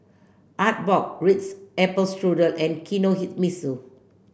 Artbox Ritz Apple Strudel and Kinohimitsu